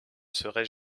serait